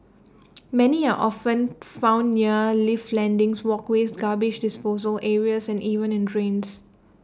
many are often found near lift landings walkways garbage disposal areas and even in drains